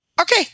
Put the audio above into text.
okay